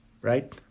Right